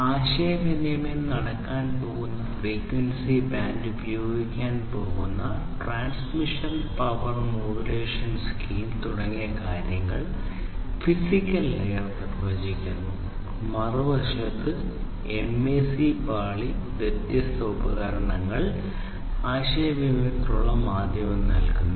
ആശയവിനിമയം നടക്കാൻ പോകുന്ന ഫ്രീക്വൻസി ബാൻഡ് അയയ്ക്കാൻ പോകുന്നു ഫ്രെയിമുകളുടെ ഒഴുക്കുകൾ നിലനിർത്തണം